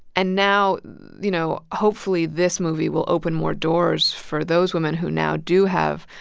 and now, you know, hopefully, this movie will open more doors for those women who now do have,